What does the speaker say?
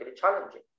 challenging